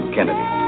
Kennedy